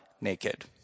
naked